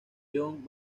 john